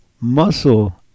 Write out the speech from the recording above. muscle